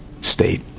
state